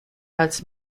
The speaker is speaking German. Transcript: als